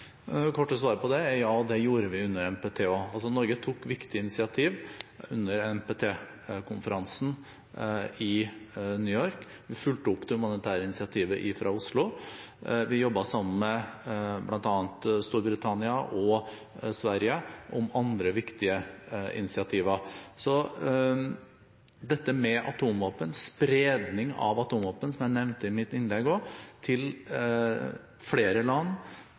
korte svaret på det er ja, og det gjorde vi under NPT også. Norge tok viktige initiativ under NPT-konferansen i New York. Vi fulgte opp det humanitære initiativet fra Oslo. Vi jobbet sammen med bl.a. Storbritannia og Sverige om andre viktige initiativer. Så dette med atomvåpen og spredning av atomvåpen til flere land, som jeg nevnte i mitt innlegg også, og